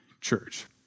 church